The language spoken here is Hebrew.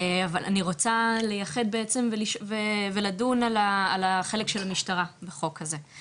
אבל אני רוצה לייחד בעצם ולדון על החלק של המשטרה בחוק הזה.